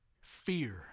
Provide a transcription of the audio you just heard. Fear